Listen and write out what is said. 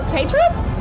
Patriots